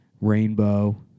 Rainbow